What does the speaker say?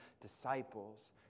disciples